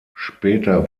später